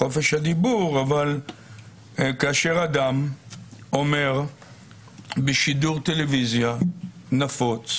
חופש הדיבור אבל כאשר אדם אומר בשידור טלוויזיה נפוץ: